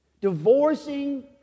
Divorcing